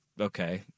okay